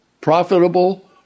profitable